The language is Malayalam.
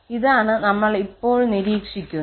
ഇതാണ് നമ്മൾ ഇപ്പോൾ നിരീക്ഷിക്കുന്നത്